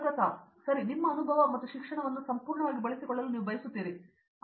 ಪ್ರತಾಪ್ ಹರಿದಾಸ್ ಸರಿ ನಿಮ್ಮ ಅನುಭವ ಮತ್ತು ಶಿಕ್ಷಣವನ್ನು ಸಂಪೂರ್ಣವಾಗಿ ಬಳಸಿಕೊಳ್ಳಲು ನೀವು ಬಯಸುತ್ತೀರಿ